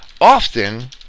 often